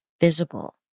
visible